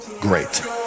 great